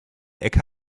ecke